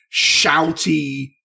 shouty